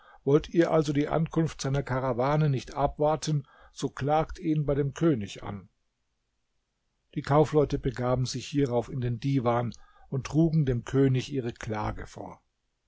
wollt ihr also die ankunft seiner karawane nicht abwarten so klagt ihn bei dem könig an die kaufleute begaben sich hierauf in den diwan und trugen dem könig ihre klage vor